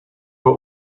were